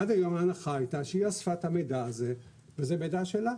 עד היום ההנחה הייתה שהיא אספה את המידע הזה וזה מידע שלה.